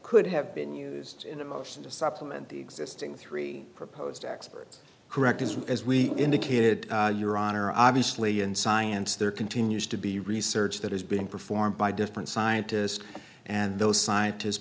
could have been used in a motion to supplement the existing three proposed experts correct as well as we indicated your honor obviously in science there continues to be research that has been performed by different scientists and those scientists